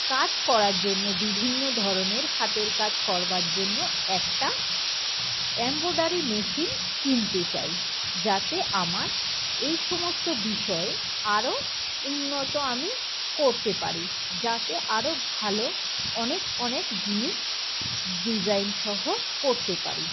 কাজ করার জন্য বিভিন্ন ধরনের হাতের কাজ করবার জন্য একটা এমব্রয়ডারি মেশিন কিনতে চাই যাতে আমার এই সমস্ত বিষয় আরও উন্নত আমি করতে পারি যাতে আরও ভালো অনেক অনেক জিনিস ডিজাইন সহ করতে পারি